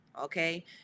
Okay